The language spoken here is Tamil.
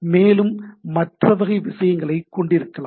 மேலும் மற்ற வகை விஷயங்களைக் கொண்டிருக்கலாம்